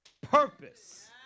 purpose